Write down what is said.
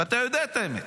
ואתה יודע את האמת.